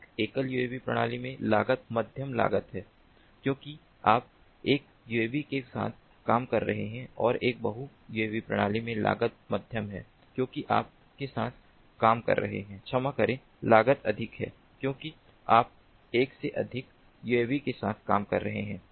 एक एकल यूएवी प्रणाली में लागत मध्यम लागत है क्योंकि आप एक यूएवी के साथ काम कर रहे हैं और एक बहु यूएवी प्रणाली में लागत मध्यम है क्योंकि आप के साथ काम कर रहे हैं क्षमा करें लागत अधिक है क्योंकि आप एक से अधिक यूएवी के साथ काम कर रहे हैं